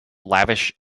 lavish